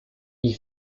ils